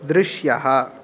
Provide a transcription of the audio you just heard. दृश्यः